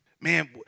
man